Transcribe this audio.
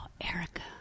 Erica